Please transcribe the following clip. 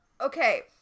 Okay